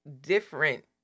different